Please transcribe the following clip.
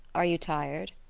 are you tired?